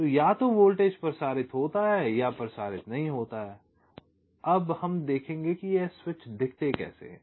तो या तो एक वोल्टेज प्रसारित होता है या यह प्रसारित नहीं होता है हम देखेंगे कि ये स्विच कैसे दिखते हैं